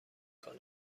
کنم